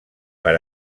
per